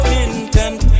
intent